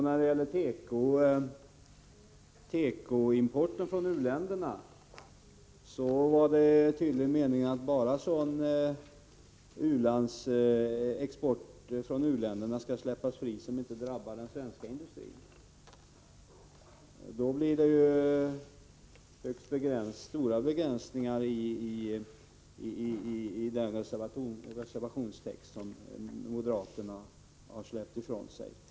När det gäller tekoimporten från u-länderna var det tydligen bara fråga om att sådan export skall släppas fri från dessa länder som inte drabbar den svenska industrin. Detta innebär ju stora begränsningar i texten i den reservation som moderaterna har avgett.